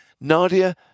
Nadia